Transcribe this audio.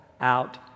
out